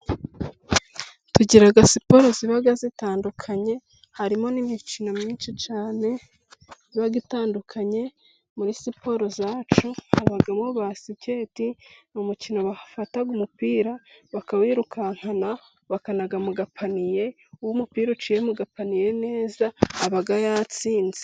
Tugira siporo ziba zitandukanye, harimo n'imikino myinshi cyane iba itandukanye, muri siporo zacu habamo basketi ni umukino bafata umupira bakawirukankana, bakanaga mu gapaniye uwo umupira uciye mu gapaniye neza aba yatsinze.